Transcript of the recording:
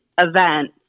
event